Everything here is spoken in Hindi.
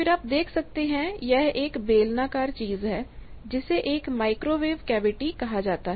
फिर आप देख सकते हैं कि यह एक बेलनाकार चीज़ है जिसे एक माइक्रोवेव कैविटी कहा जाता है